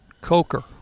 Coker